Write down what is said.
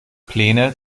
pläne